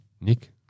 Nick